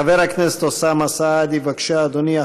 חבר הכנסת אוסאמה סעדי, בבקשה, אדוני.